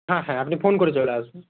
হ্যাঁ হ্যাঁ আপনি ফোন করে চলে আসবেন